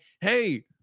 hey